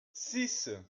six